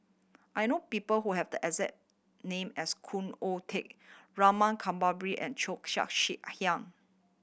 I know people who have the exact name as Khoo Oon Teik Rama Kanbabiran and Cheo Chia Hiang